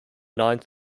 ninth